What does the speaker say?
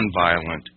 nonviolent